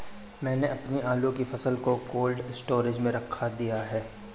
मैंने अपनी आलू की फसल को कोल्ड स्टोरेज में रखवा दिया